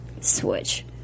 switch